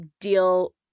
deal